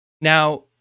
now